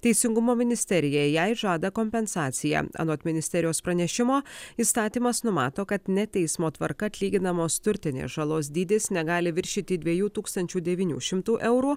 teisingumo ministerija jai žada kompensaciją anot ministerijos pranešimo įstatymas numato kad ne teismo tvarka atlyginamos turtinės žalos dydis negali viršyti dviejų tūkstančių devynių šimtų eurų